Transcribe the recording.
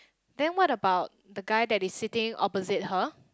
then what about the guy that is sitting opposite her